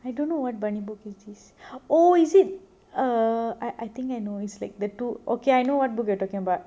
I don't know what bunny book is this oh is it err I I think I know like the two okay I know what you're talking about